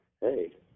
hey